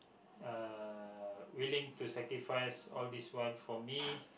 uh willing to sacrifice all these while for me